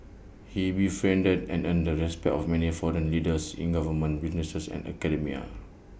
he befriended and earned the respect of many foreign leaders in government business and academia